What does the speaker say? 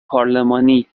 پارلمانی